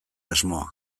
asmoa